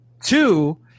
Two